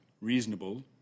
reasonable